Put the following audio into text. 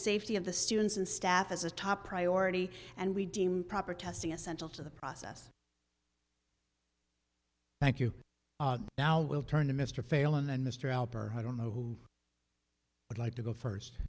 safety of the students and staff as a top priority and we deem proper testing essential to the process thank you now we'll turn to mr failon and mr alberto i don't know who would like to go first